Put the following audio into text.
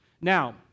Now